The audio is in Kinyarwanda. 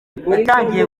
yacuyatangiye